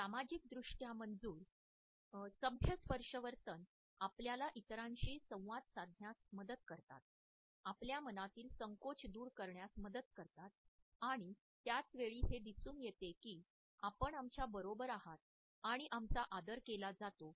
सामाजिकदृष्ट्या मंजूर सभ्य स्पर्शवर्तन आपल्याला इतरांशी संवाद साधण्यास मदत करतात आपल्या मनातील संकोच दूर करण्यास मदत करतात आणि त्याच वेळी हे दिसून येते की आपण आमच्या बरोबर आहात आणि आमचा आदर केला जातो